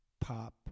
pop